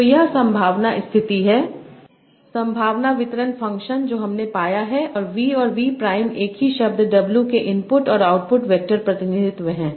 तो यह संभावना स्थिति है संभावना वितरण फ़ंक्शन जो हमने पाया है और V और V प्राइम एक ही शब्द W के इनपुट और आउटपुट वेक्टर प्रतिनिधित्व हैं